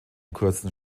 kurzen